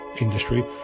industry